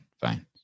fine